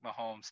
Mahomes